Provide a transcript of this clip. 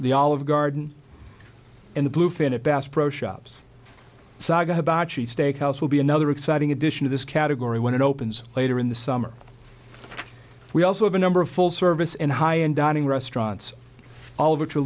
the olive garden and the bluefin a bass pro shops saga hibachi steak house will be another exciting addition of this category when it opens later in the summer we also have a number of full service and high end dining restaurants all of which are